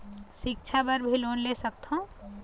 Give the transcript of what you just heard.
सिक्छा बर भी लोन ले सकथों?